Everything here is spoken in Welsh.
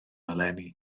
eleni